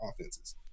offenses